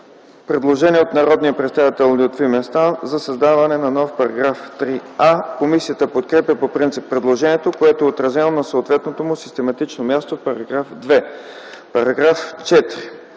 Предложение от народния представител Лютви Местан за създаване на нов § 3а. Комисията подкрепя по принцип предложението, което е отразено на съответното му систематично място в § 2. По § 4